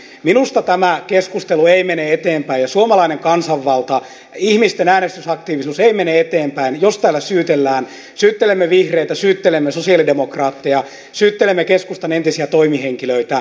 minusta tämä keskustelu ei mene eteenpäin ja suomalainen kansanvalta ihmisten äänestysaktiivisuus ei mene eteenpäin jos täällä syytellään syyttelemme vihreitä syyttelemme sosialidemokraatteja syyttelemme keskustan entisiä toimihenkilöitä